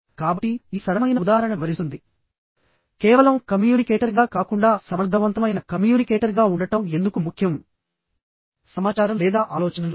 కాబట్టి ఈ సరళమైన ఉదాహరణ వివరిస్తుంది కేవలం కమ్యూనికేటర్గా కాకుండా సమర్థవంతమైన కమ్యూనికేటర్గా ఉండటం ఎందుకు ముఖ్యం సమాచారం లేదా ఆలోచనలు